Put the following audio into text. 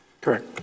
correct